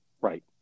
right